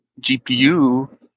GPU